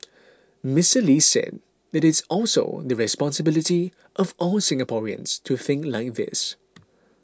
Mister Lee said that it is also the responsibility of all Singaporeans to think like this